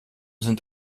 sind